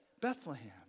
Bethlehem